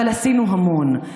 אבל עשינו המון,